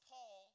Paul